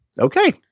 Okay